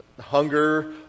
Hunger